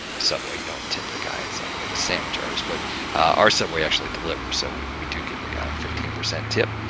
subway, you don't tip the guy at subway, the sandwich artist, but our subway actually delivers. so, we we do give the guy a fifteen percent tip.